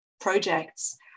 projects